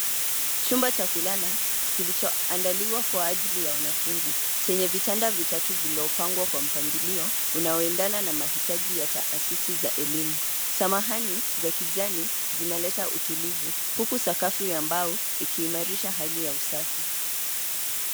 Chumba cha kulala kilichoandaliwa kwa ajili ya wanafunzi chenye vitanda vitatu viliopangwa kwa mpangilio unaonendana na mahitaji ya taasisi za elimu. Samahani za kijani zinaleta utulivu huku sakafu za mbao ikiimarisha hali ya usafi.